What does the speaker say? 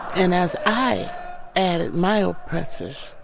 and as i added my oppressors,